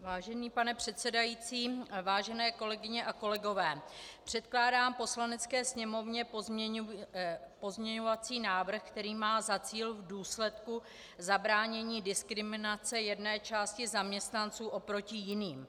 Vážený pane předsedající, vážené kolegyně a kolegové, předkládám Poslanecké sněmovně pozměňovací návrh, který má za cíl v důsledku zabránění diskriminace jedné části zaměstnanců oproti jiným.